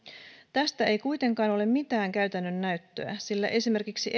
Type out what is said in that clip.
tästä ei kuitenkaan ole mitään käytännön näyttöä sillä esimerkiksi